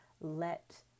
let